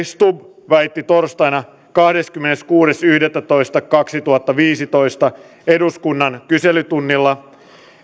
stubb väitti torstaina kahdeskymmeneskuudes yhdettätoista kaksituhattaviisitoista eduskunnan kyselytunnilla